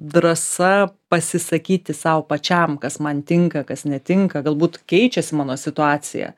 drąsa pasisakyti sau pačiam kas man tinka kas netinka galbūt keičiasi mano situacija